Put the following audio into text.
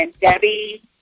Debbie